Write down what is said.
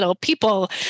people